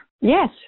Yes